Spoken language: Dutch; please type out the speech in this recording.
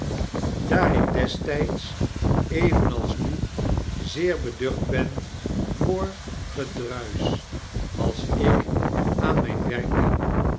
daar ik destps evenals nu zeer beducht ben voor gedruisch als ik aan mfin werk ben